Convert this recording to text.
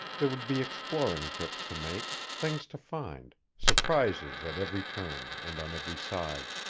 there would be exploring trips to make, things to find, surprises at every turn and on every side.